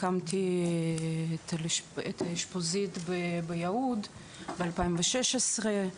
הקמתי את האשפוזית ביהוד ב-2016.